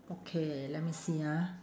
okay eh let me see ah